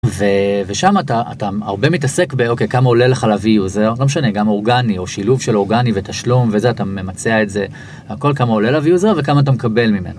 ושם אתה... אתה הרבה מתעסק ב"אוקיי, כמה עולה לך להביא יוזר?" לא משנה, גם אורגני או שילוב של אורגני ותשלום, וזה... אתה ממצע את זה... הכל, כמה עולה להביא יוזר וכמה אתה מקבל ממנו.